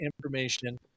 information